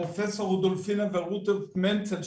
פרופ' רודולפינה ורודולף מנצל,